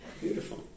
Beautiful